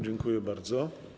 Dziękuję bardzo.